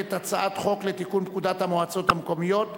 את הצעת חוק לתיקון פקודת המועצות המקומיות.